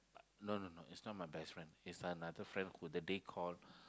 no no no it's not my best friend it's another friend who that day call